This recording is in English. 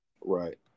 Right